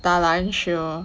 打篮球